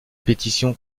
pétition